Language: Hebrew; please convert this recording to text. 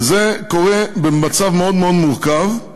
וזה קורה במצב מאוד מאוד מורכב.